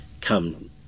come